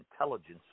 intelligence